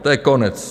To je konec!